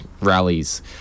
rallies